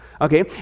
Okay